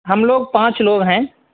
ہم لوگ پانچ لوگ ہیں